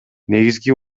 негизги